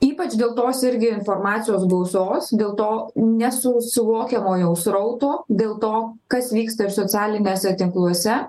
ypač dėl tos irgi informacijos gausos dėl to nesu suvokiamo jau srauto dėl to kas vyksta ir socialiniuose tinkluose